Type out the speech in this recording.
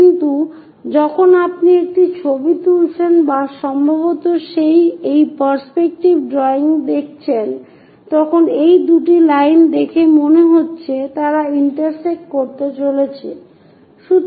কিন্তু যখন আপনি একটি ছবি তুলছেন বা সম্ভবত এই পার্সপেক্টিভ ড্রয়িংটি দেখছেন তখন এই দুটি লাইন দেখে মনে হচ্ছে তারা ইন্টারসেক্ট করতে চলেছে